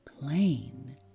plain